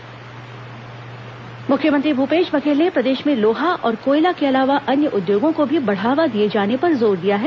CII कार्यक्रम मुख्यमंत्री भूपेश बघेल ने प्रदेश में लोहा और कोयला के अलावा अन्य उद्योगों को भी बढ़ावा दिए जाने पर जोर दिया है